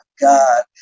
God